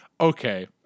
okay